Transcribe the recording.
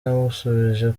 yamusubije